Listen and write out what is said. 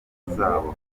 zabo